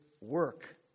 work